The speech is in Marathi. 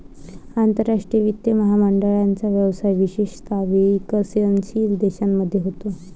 आंतरराष्ट्रीय वित्त महामंडळाचा व्यवसाय विशेषतः विकसनशील देशांमध्ये होतो